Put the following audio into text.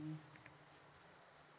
mm